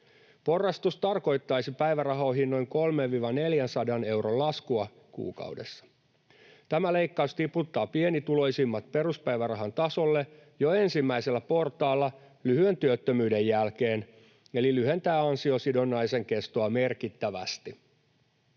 Porrastus tarkoittaisi päivärahoihin noin 300—400 euron laskua kuukaudessa. Tämä leikkaus tiputtaa pienituloisimmat peruspäivärahan tasolle jo ensimmäisellä portaalla lyhyen työttömyyden jälkeen eli lyhentää ansiosidonnaisen kestoa merkittävästi.